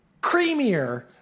creamier